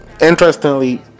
interestingly